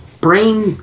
Brain